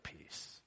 peace